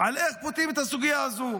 על איך פותרים את סוגיה הזו.